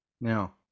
Now